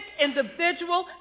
individual